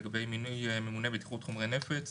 לגבי מינוי ממונה בטיחות חומרי נפץ.